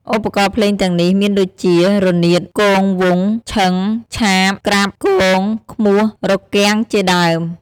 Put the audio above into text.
ឧបករណ៍ភ្លេងទាំងនេះមានដូចជា រនាត គងវង់ ឈឹង ឆាប ក្រាប់ គង ឃ្មោះ រគាំងជាដើម។